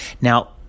now